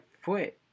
foot